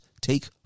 take